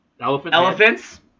elephants